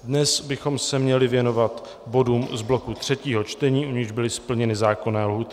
Dnes bychom se měli věnovat bodům z bloku třetího čtení, u nichž byly splněny zákonné lhůty.